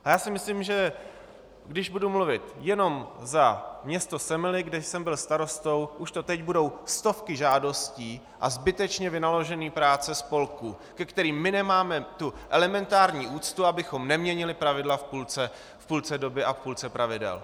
Já si myslím, že když budu mluvit jenom za město Semily, kde jsem byl starostou, už teď to budou stovky žádostí a zbytečně vynaložené práce spolků, ke kterým nemáme elementární úctu, abychom neměnili pravidla v půlce doby a v půlce pravidel.